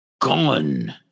Gone